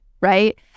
right